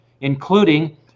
including